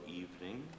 evening